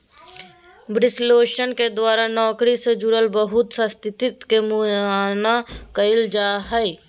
विश्लेषण के द्वारा नौकरी से जुड़ल बहुत सा स्थिति के मुआयना कइल जा हइ